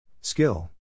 Skill